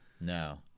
No